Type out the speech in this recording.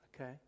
okay